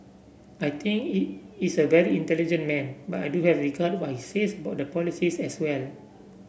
I think is a very intelligent man but I do have regard what he says about the polices as well